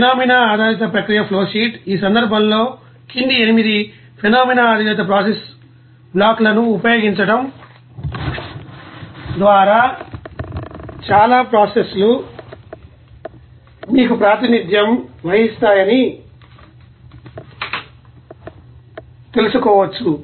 ఈ ఫెనోమేనా ఆధారిత ప్రక్రియ ఫ్లోషీట్ ఆ సందర్భంలో కింది 8 ఫెనోమేనా ఆధారిత ప్రాసెస్ బ్లాక్లను ఉపయోగించడం ద్వారా చాలా ప్రాసెస్లు మీకు ప్రాతినిధ్యం వహిస్తాయని తెలుసుకోవచ్చు